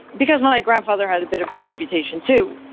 because my grandfather had a bit of a reputation, too.